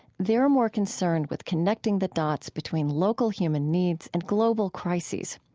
they're more concerned with connecting the dots between local human needs and global crises.